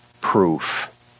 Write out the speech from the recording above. proof